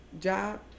job